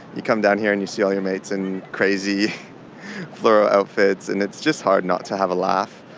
you come down here and you see all your mates in crazy fluoro outfits and it's just hard not to have a laugh.